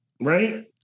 right